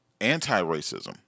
anti-racism